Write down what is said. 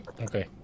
Okay